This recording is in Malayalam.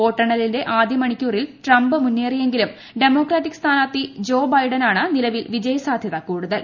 പോട്ടെണ്ണില്ന്റെ ആദ്യമണിക്കുറിൽ ട്രംപ് മുന്നേറിയെങ്കിലും ഡെ്മോക്രറ്റിക് സ്ഥാനാർഥി ജോ ബൈഡനാണു നിലവിൽ വിജയസാധ്യത കൂടുതൽ